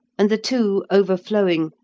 and the two, overflowing,